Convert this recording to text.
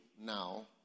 now